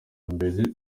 mbere